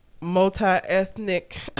multi-ethnic